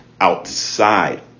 outside